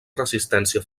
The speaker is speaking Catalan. resistència